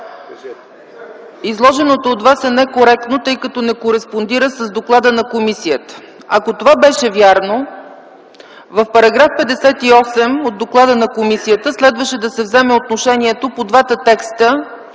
Изложеното от Вас е некоректно, тъй като не кореспондира с доклада на комисията. Ако това беше вярно, в § 58 от доклада на комисията следваше да се вземе отношение по двата текста